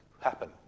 happen